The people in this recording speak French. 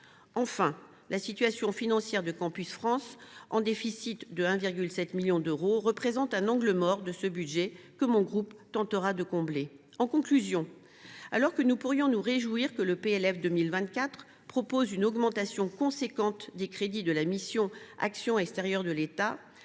Enfin, la situation financière de Campus France, en déficit de 1,7 million d’euros, représente un angle mort de ce budget, que mon groupe tentera de combler. En conclusion, alors que nous pourrions nous réjouir que le PLF 2024 prévoie une augmentation importante des crédits de la mission « Action extérieure de l’État »,